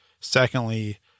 Secondly